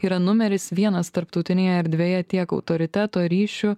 yra numeris vienas tarptautinėje erdvėje tiek autoriteto ryšių